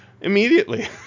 immediately